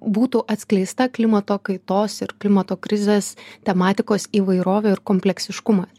būtų atskleista klimato kaitos ir klimato krizės tematikos įvairovė ir kompleksiškumas